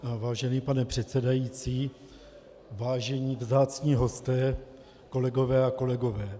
Vážený pane předsedající, vážení vzácní hosté, kolegyně a kolegové.